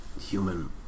Human